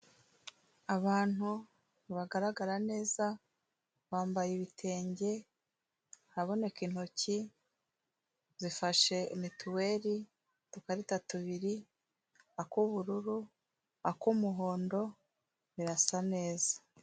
Abantu bagaragara neza bambaye ibitenge, haraboneka intoki, zifashe mituweri, udukarita tubiri ak'ubururu, ak'umuhondo, birasa neza.